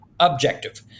Objective